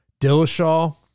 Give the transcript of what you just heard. Dillashaw